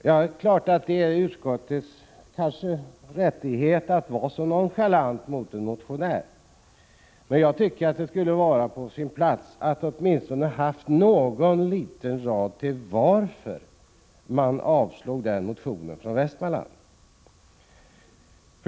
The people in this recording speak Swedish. Det är kanske utskottets rättighet att vara så nonchalant mot en motionär, men jag tycker att det hade varit på sin plats att åtminstone på någon liten rad förklara varför man avstyrker denna motion från Västmanland.